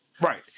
Right